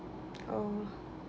oh